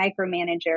micromanager